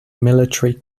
military